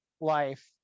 life